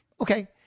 Okay